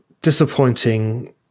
disappointing